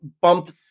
bumped